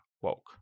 woke